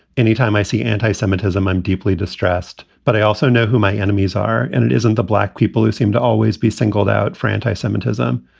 anytime i see anti-semitism, i'm deeply distressed. but i also know who my enemies are. and it isn't the black people who seem to always be singled out for anti-semitism.